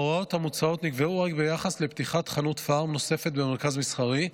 ההוראות המוצעות נקבעו רק ביחס לפתיחת חנות פארם נוספת במרכז מסחרי,